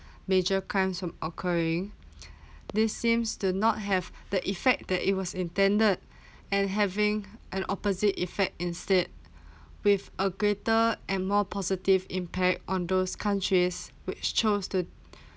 major crimes from occurring this seems to not have the effect that it was intended and having an opposite effect instead with a greater and more positive impact on those countries which chose to